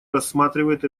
рассматривает